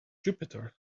jupiter